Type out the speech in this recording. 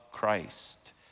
Christ